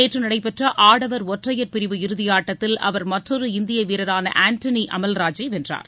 நேற்று நடைபெற்ற ஆடவர் ஒற்றையர் பிரிவு இறுதியாட்டத்தில் அவர் மற்றொரு இந்திய வீரரான ஆண்டனி அமல்ராஜை வென்றார்